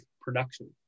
production